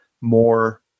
more